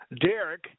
Derek